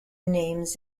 names